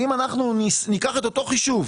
אם ניקח אותו חישוב